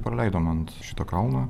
praleidom ant šito kalno